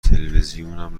تلویزیونم